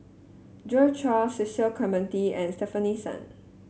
Joi Chua Cecil Clementi and Stefanie Sun